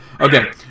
Okay